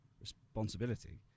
responsibility